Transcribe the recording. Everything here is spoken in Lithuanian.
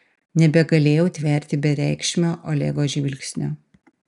nebegalėjau tverti bereikšmio olego žvilgsnio